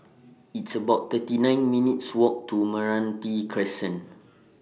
It's about thirty nine minutes' Walk to Meranti Crescent